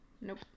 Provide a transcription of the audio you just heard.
nope